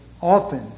often